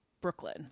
Brooklyn